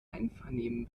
einvernehmen